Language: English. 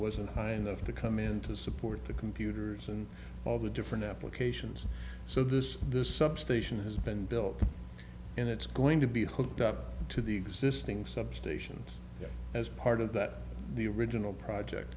wasn't high enough to come in to support the computers and all the different applications so this this substation has been built and it's going to be hooked up to the existing substations as part of that the original project